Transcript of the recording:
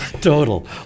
total